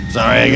Sorry